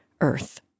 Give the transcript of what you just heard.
Earth